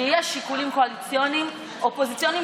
שיש שיקולים קואליציוניים ואופוזיציוניים